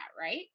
right